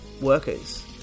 workers